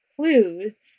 clues